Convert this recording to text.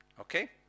Okay